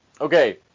Okay